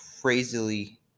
crazily